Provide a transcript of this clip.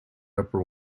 upper